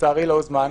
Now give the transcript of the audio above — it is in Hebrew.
לצערי לא הוזמנו.